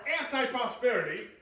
anti-prosperity